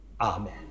Amen